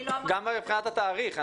גם לא מבחינת התאריך,